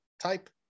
type